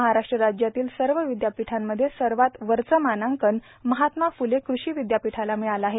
महाराष्ट्र राज्यातील सर्व विद्यापीठांमध्ये सर्वात वरचं मानांकन महात्मा फ्ले कृषि विद्यापीठाला मिळालं आहे